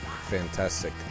fantastic